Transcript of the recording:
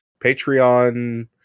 Patreon